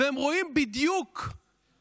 והם רואים בדיוק את